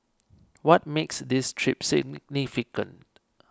what makes this trip significant